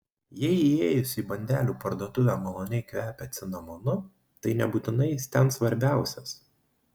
jei įėjus į bandelių parduotuvę maloniai kvepia cinamonu tai nebūtinai jis ten svarbiausias